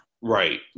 Right